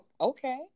okay